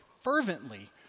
fervently